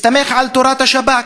מסתמך על תורת השב"כ,